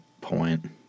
point